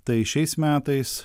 tai šiais metais